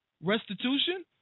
restitution